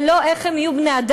ולא איך הם יהיו בני-אדם.